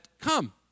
come